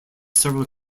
several